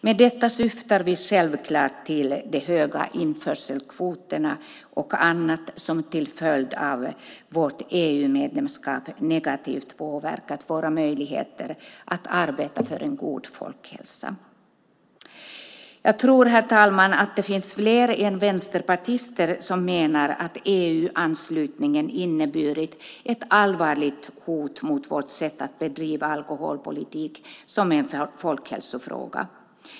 Med detta syftar vi självklart på de höga införselkvoterna och annat som till följd av vårt EU-medlemskap negativt påverkat våra möjligheter att arbeta för en god folkhälsa. Jag tror, herr talman, att det finns fler än enbart vänsterpartister som menar att EU-anslutningen inneburit ett allvarligt hot mot vårt sätt att bedriva alkoholpolitik som en folkhälsofråga.